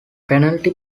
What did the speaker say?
penalty